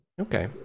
Okay